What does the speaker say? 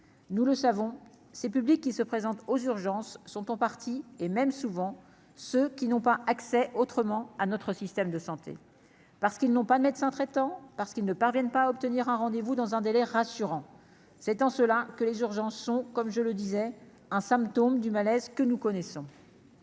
nous le savons, c'est public qui se présentent aux urgences sont en partie et même souvent ceux qui n'ont pas accès autrement à notre système de santé parce qu'ils n'ont pas de médecin traitant parce qu'ils ne parviennent pas à obtenir un rendez-vous dans un délai rassurant, c'est en cela que les jours Jeanson, comme je le disais un symptôme du malaise que nous connaissons.